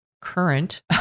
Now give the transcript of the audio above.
current